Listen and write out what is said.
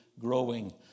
growing